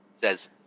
says